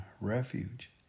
refuge